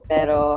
Pero